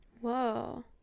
whoa